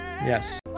Yes